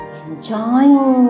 enjoying